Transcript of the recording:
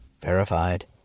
Verified